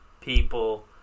people